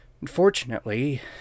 unfortunately